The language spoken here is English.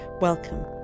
welcome